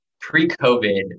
Pre-COVID